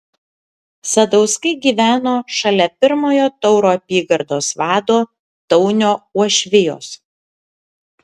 sadauskai gyveno šalia pirmojo tauro apygardos vado taunio uošvijos